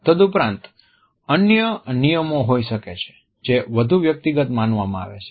તદુપરાંત અન્ય નિયમો હોઈ શકે છે જે વધુ વ્યક્તિગત માનવામાં આવે છે